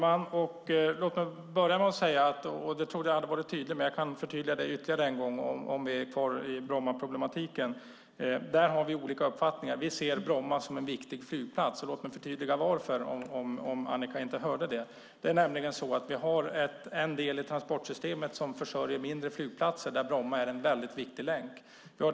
Fru talman! När det gäller Bromma har vi olika uppfattningar. Vi ser Bromma som en viktig flygplats. Låt mig förtydliga varför om Annika Lillemets inte hörde det tidigare. Vi har en del i transportsystemet som försörjer mindre flygplatser. Där är Bromma en viktig länk.